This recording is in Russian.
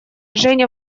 женя